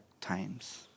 times